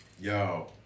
Yo